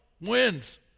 Wins